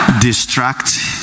distract